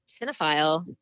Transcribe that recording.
cinephile